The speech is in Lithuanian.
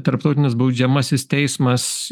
tarptautinis baudžiamasis teismas